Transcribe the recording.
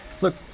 Look